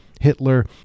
Hitler